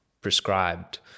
prescribed